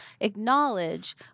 acknowledge